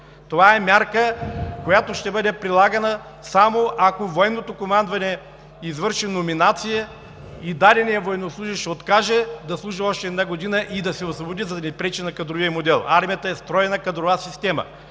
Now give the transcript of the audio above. Това е мярка, която ще бъде прилагана само ако военното командване извърши номинация и даденият военнослужещ откаже да служи още една година и да се освободи, за да не пречи на кадровия модел. Армията е стройна кадрова система.